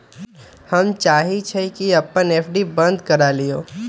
हम चाहई छी कि अपन एफ.डी बंद करा लिउ